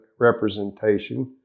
Representation